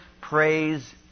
Praise